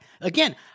again